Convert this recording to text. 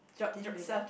didn't really